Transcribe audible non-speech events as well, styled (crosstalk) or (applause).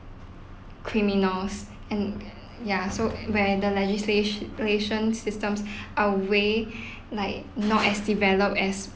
criminals and ya so where the legislatio~ ~lation systems are way (breath) like not as developed as